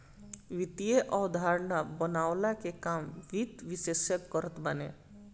वित्तीय अवधारणा बनवला के काम वित्त विशेषज्ञ करत बाने